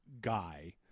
guy